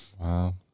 Wow